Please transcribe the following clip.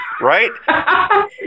Right